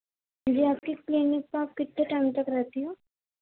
جی آپ کس کلینک پہ آپ کتنے ٹائم تک رہتی ہیں